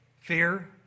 fear